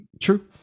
true